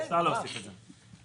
אפשר להוסיף את זה.